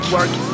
Work